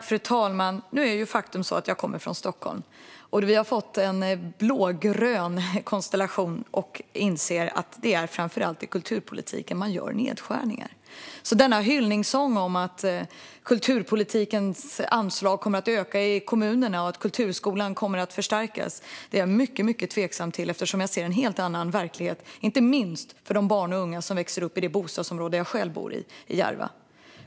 Fru talman! Jag kommer från Stockholm. Där har vi fått en blågrön konstellation som styr, och vi inser att det framför allt är i kulturpolitiken man gör nedskärningar. Denna hyllningssång om att kulturanslagen i kommunerna kommer att öka och att kulturskolan kommer att förstärkas känner jag mig mycket tveksam till, för jag ser en helt annan verklighet, inte minst för de barn och unga som växer upp i Järva, det bostadsområde där jag själv bor.